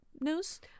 news